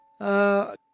Uh